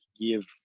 give